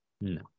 no